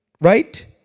right